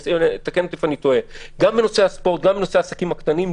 גם בנושא העסקים הקטנים,